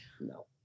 no